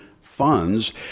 funds